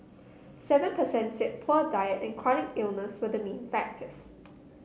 seven percent said poor diet and chronic illness were the main factors